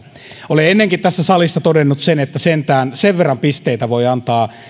olen ennenkin tässä salissa todennut sen että sentään sen verran pisteitä voi antaa